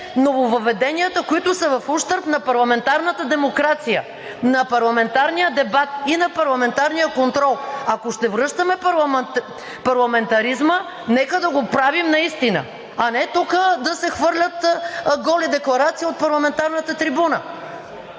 нововъведенията, които са в ущърб на парламентарната демокрация, на парламентарния дебат и на парламентарния контрол. Ако ще връщаме парламентаризма, нека да го правим наистина, а не тук да се хвърлят голи декларации от парламентарната трибуна.